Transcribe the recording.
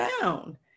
down